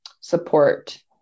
support